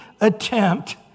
attempt